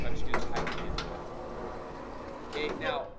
but i'm just gonna type in home okay now